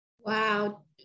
Wow